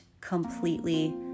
completely